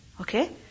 Okay